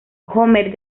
homer